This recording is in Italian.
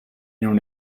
non